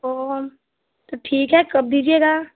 वह हम तो ठीक है कब दीजिएगा